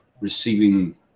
receiving